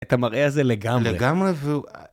את המראה הזה לגמרי.